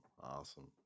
awesome